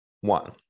one